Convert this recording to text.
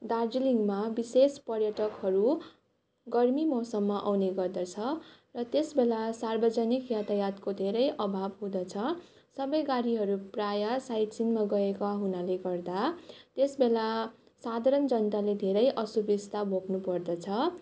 दार्जिलिङमा विशेष पर्यटकहरू गर्मी मौसममा आउने गर्दछ र त्यस बेला सार्वजनिक यातायातको धेरै अभाव हुँदछ सबै गाडीहरू प्रायः साइड सिनमा गएका हुनाले गर्दा त्यस बेला साधारण जनताले धेरै असुविस्ता भोग्नुपर्दछ